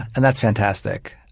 and that's fantastic.